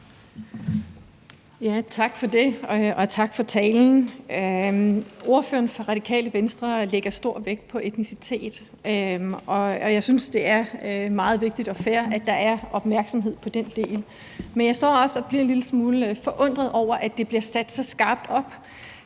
Tak for det og tak for talen. Ordføreren for Radikale Venstre lægger stor vægt på etnicitet, og jeg synes, det er meget vigtigt og fair, at der er opmærksomhed på den del. Men jeg står også og bliver en lille smule forundret over, at det bliver sat så skarpt op,